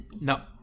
No